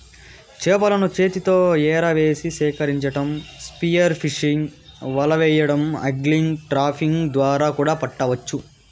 చేపలను చేతితో ఎరవేసి సేకరించటం, స్పియర్ ఫిషింగ్, వల వెయ్యడం, ఆగ్లింగ్, ట్రాపింగ్ ద్వారా కూడా పట్టవచ్చు